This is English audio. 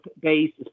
basis